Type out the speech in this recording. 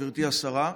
גברתי השרה,